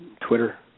Twitter